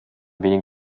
wenig